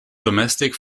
domestic